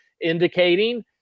indicating